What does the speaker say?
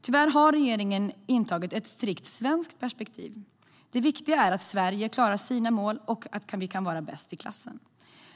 Tyvärr har regeringen intagit ett strikt svenskt perspektiv. Det viktiga är att Sverige klarar sina mål och kan vara bäst i klassen.